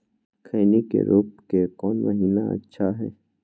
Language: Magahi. खैनी के रोप के कौन महीना अच्छा है?